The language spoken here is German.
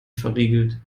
verriegelt